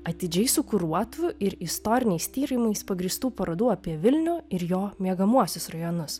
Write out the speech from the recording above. atidžiai sukuruotų ir istoriniais tyrimais pagrįstų parodų apie vilnių ir jo miegamuosius rajonus